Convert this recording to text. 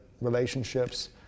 relationships